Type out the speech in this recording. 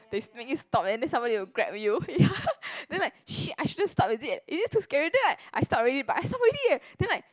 they s~ make you stop and then somebody will grab you ya then like shit I shouldn't stop is it is it too scary then like I stop already but I stop already eh then like